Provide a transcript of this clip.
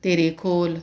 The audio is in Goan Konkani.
तेरेखोल